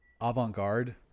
avant-garde